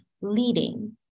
leading